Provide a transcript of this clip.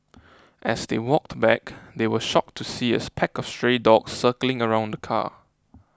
as they walked back they were shocked to see its pack of stray dogs circling around the car